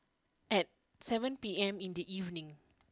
at seven P M in the evening